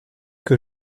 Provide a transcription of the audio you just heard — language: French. que